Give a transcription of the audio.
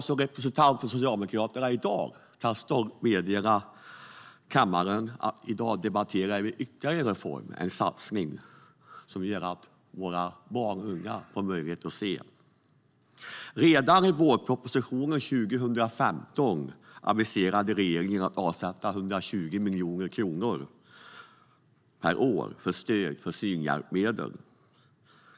Som representant för Socialdemokraterna kan jag stolt meddela kammaren att vi i dag debatterar ytterligare en reform, en satsning som gör att våra barn och unga får möjlighet att se. Redan i vårpropositionen för 2015 aviserade regeringen avsättandet av 120 miljoner kronor per år för stöd till synhjälpmedel.